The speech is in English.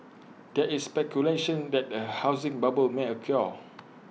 there is speculation that A housing bubble may occur